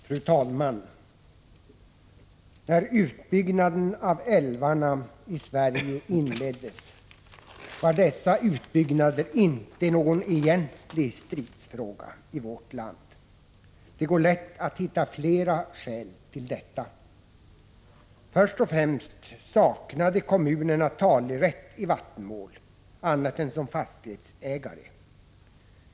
Fru talman! När utbyggnaden av älvarna i Sverige inleddes var den inte någon egentlig stridsfråga i vårt land. Det går lätt att hitta flera skäl till detta. Först och främst saknade kommunerna talerätt i vattenmål annat än som fastighetsägare.